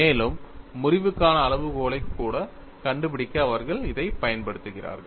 மேலும் முறிவுக்கான அளவுகோல்களைக் கூட கண்டுபிடிக்க அவர்கள் இதைப் பயன்படுத்துகிறார்கள்